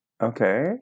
Okay